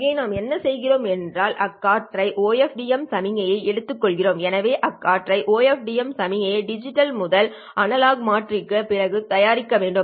இங்கே நாம் எனா செய்கிறோம் என்றல் அடிக்கற்றை OFDM சமிக்ஞையை எடுத்துக்கொள்கிறோம் எனவே அடிக்கற்றை OFDM சமிக்ஞையை டிஜிட்டல் முதல் அனலாக் மாற்றிக்கு பிறகு தயாரிக்கவேண்டும்